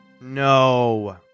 No